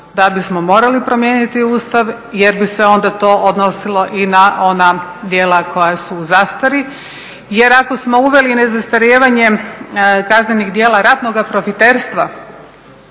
da bismo morali promijeniti Ustav jer bi se onda to odnosilo i na ona djela koja su u zastari. Jer ako smo uveli nezastarijevanje kaznenih djela ratnoga profiterstva